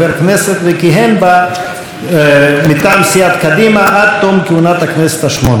וכיהן מטעם סיעת קדימה עד תום כהונת הכנסת ה-18.